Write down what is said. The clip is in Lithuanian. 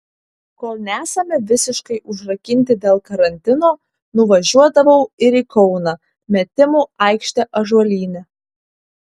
kol nesame visiškai užrakinti dėl karantino nuvažiuodavau ir į kauną metimų aikštę ąžuolyne